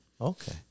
Okay